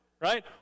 Right